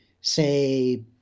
say